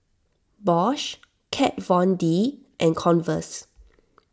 Bosch Kat Von D and Converse